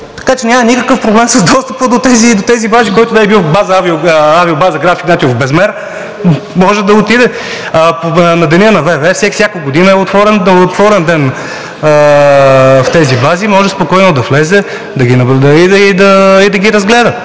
Така че няма никакъв проблем с достъпа до тези бази. Който не е бил в авиобаза Граф Игнатиево и Безмер, може да отиде. На деня на ВВС всяка година е отворен ден в тези бази и може спокойно да влезе и да ги разгледа.